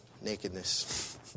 nakedness